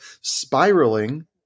spiraling